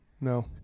No